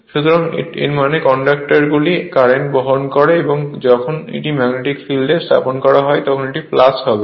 সুতরাং এর মানে কন্ডাক্টরগুলি কারেন্ট বহন করে এবং যখন এটি ম্যাগনেটিক ফিল্ডে স্থাপন করা হয় তখন এটি হবে